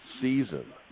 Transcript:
season